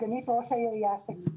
סגנית ראש העירייה שלי.